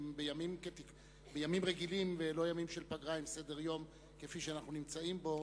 אם בימים רגילים ולא ימים של פגרה עם סדר-יום כפי שאנחנו נמצאים בו,